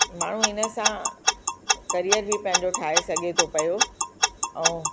माण्हू इन सां करियर बि पंहिंजो ठाहे सघे थो पियो ऐं